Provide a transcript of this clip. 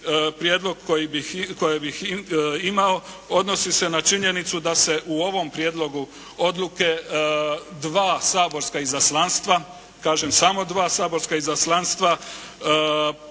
prijedlog koji bih imao odnosi se na činjenicu da se u ovom prijedlogu odluke dva saborska izaslanstva, kažem samo dva saborska izaslanstva